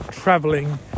traveling